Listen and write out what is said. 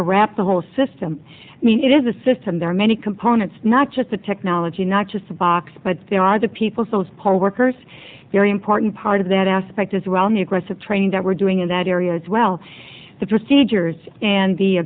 to wrap the whole system i mean it is a system there are many components not just the technology not just the box but there are the people skills poll workers very important part of that aspect as well new aggressive training that we're doing in that area as well the procedures and the